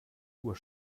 uhr